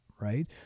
right